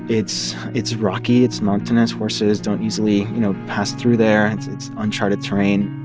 it's it's rocky. it's mountainous. horses don't easily, you know, pass through there. and it's uncharted terrain.